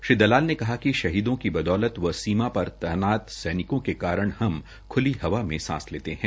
श्री दलाल ने कहा कि शहीदों की बदौलत व सीमाओं पर तैनात सैनिकों के कारण हम ख्ली हवा में सांस लेते है